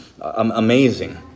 amazing